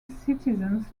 citizens